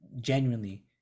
genuinely